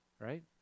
right